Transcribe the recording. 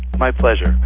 my pleasure,